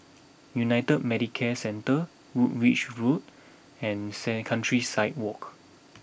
United Medicare Centre Woolwich Road and said Countryside Walk